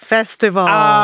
Festival